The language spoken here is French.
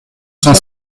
cinq